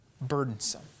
burdensome